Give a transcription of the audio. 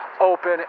open